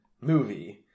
movie